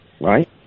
Right